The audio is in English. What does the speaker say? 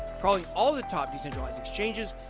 crawling all the top decentralized exchanges,